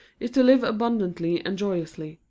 is to live abundantly and joyously.